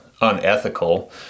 unethical